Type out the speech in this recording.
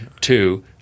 Two